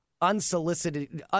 unsolicited –